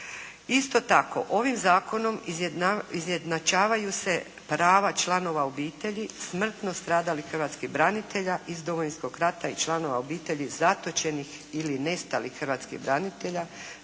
Isto tako ovim Zakonom izjednačavaju se prava članova obitelji smrtno stradalih hrvatskih branitelja iz Domovinskog rata i članova obitelji nestalih ili zatočenih hrvatskih branitelja